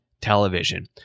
television